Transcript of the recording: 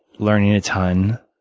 learning a ton,